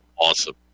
awesome